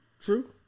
True